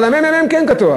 אבל הממ"מ כן כתב,